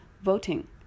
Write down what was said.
voting